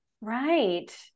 Right